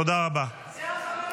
אתה אומר לי חצוף --- צא מהאולם.